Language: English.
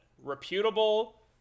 Reputable